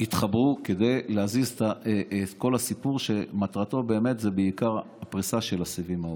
שהתחברו כדי להזיז את כל הסיפור שמטרתו בעיקר פריסה של הסיבים האופטיים.